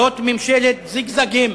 זאת ממשלת זיגזגים,